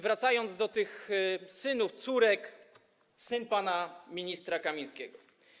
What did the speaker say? Wracając do synów, córek - syn pana ministra Kamińskiego.